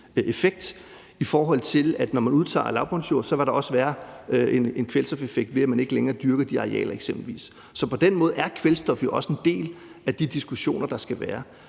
effekt. For når man udtager lavbundsjord, vil der også være en kvælstofeffekt ved, at man ikke længere dyrker de arealer eksempelvis. Så på den måde er kvælstof jo også en del af de diskussioner, der skal være.